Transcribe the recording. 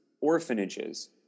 orphanages